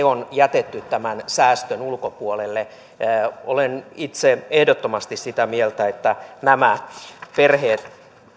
on jätetty tämän säästön ulkopuolelle olen itse ehdottomasti sitä mieltä että nämä perheet